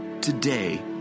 Today